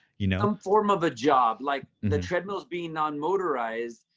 you know form of a job like the treadmills being non-motorized,